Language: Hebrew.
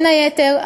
בין היתר,